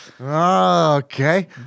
Okay